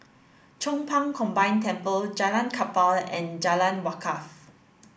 Chong Pang Combined Temple Jalan Kapal and Jalan Wakaff